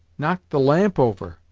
knock the lamp over!